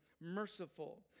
merciful